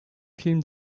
film